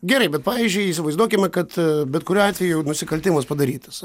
gerai bet pavyzdžiui įsivaizduokime kad bet kuriuo atveju nusikaltimas padarytas